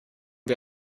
wir